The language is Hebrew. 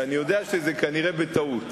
כי אני יודע שזה כנראה בטעות.